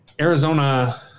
Arizona